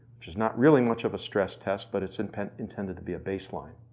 which is not really much of a stress test, but it's intended intended to be a baseline.